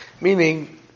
Meaning